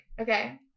Okay